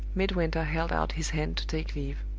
midwinter held out his hand to take leave.